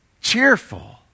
Cheerful